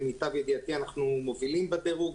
למיטב ידיעתי אנחנו מובילים בדירוג,